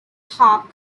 hawk